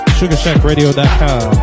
sugarshackradio.com